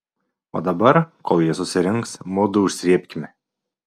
o dabar kol jie susirinks mudu užsrėbkime